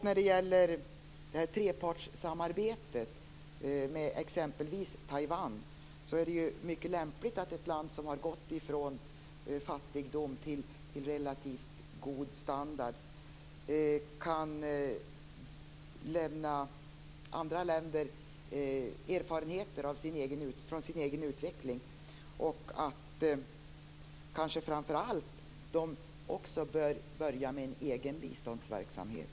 När det gäller trepartssamarbetet med exempelvis Taiwan är det mycket lämpligt att ett land som har gått från fattigdom till en relativt god standard kan dela med sig av sina erfarenheter från sin egen utveckling. Kanske bör också Taiwan börja med en egen biståndsverksamhet.